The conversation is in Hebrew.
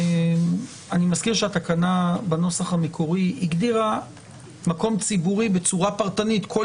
אני מזכיר שהתקנה בנוסח המקורי הגדירה מקום ציבורי בצורה פרטנית כל